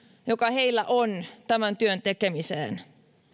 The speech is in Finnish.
joka heillä on tämän työn tekemiseen